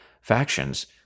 factions